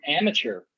amateur